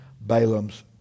Balaam's